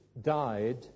died